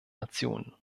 nationen